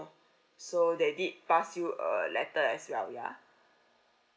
so they did pass you a letter as well ya